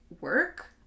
work